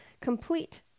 complete